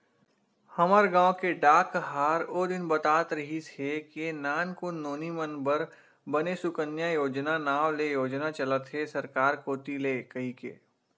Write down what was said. हमर गांव के डाकहार ओ दिन बतात रिहिस हे के नानकुन नोनी मन बर बने सुकन्या योजना नांव ले योजना चलत हे सरकार कोती ले कहिके